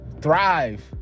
thrive